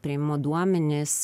priėmimo duomenys